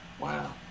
wow